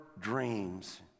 dreams